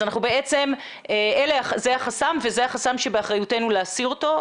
אז בעצם זה החסם שבאחריותנו להסיר אותו.